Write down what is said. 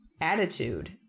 attitude